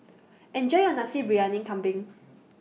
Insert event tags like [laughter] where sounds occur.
[noise] Enjoy your Nasi Briyani Kambing